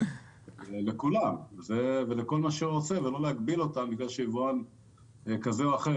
לכולם ולא להגביל אותם בגלל שיבואן כזה או אחר,